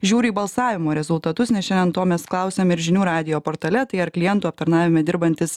žiūriu į balsavimo rezultatus nes šiandien to mes klausiame ir žinių radijo portale tai ar klientų aptarnavime dirbantys